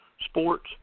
sports